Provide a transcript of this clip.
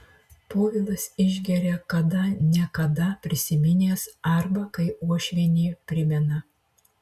povilas išgeria kada ne kada prisiminęs arba kai uošvienė primena